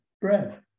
bread